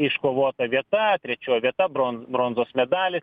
iškovota vieta trečioji vieta bronz bronzos medalis